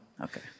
Okay